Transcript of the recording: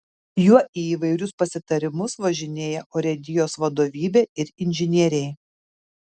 juo į įvairius pasitarimus važinėja urėdijos vadovybė ir inžinieriai